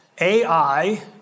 AI